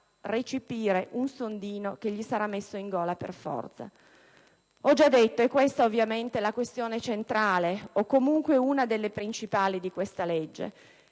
a recepire un sondino che gli verrà messo in gola a forza. Ho già detto che questa è, ovviamente, la questione centrale, o comunque una delle principali, di questo disegno